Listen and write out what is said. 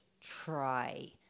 Try